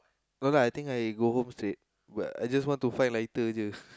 no lah I think I go home straight but I just want to find lighter [je]